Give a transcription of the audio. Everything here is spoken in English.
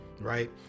Right